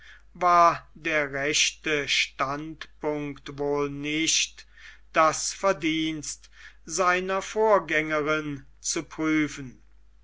war der rechte standpunkt wohl nicht das verdienst seiner vorgängerin zu prüfen